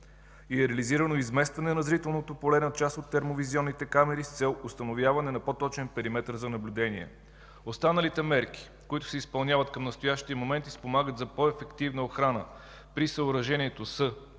и е реализирано изместване на зрителното поле на част от термовизионните камери с цел установяване на по-точен периметър за наблюдение. Останалите мерки, които се изпълняват към настоящия момент и спомагат за по-ефективна охрана при съоръжението, са: